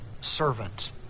servant